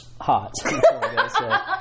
hot